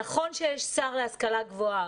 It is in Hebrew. נכון שיש שר להשכלה גבוהה,